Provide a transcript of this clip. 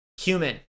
human